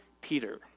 Peter